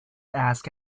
ask